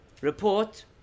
report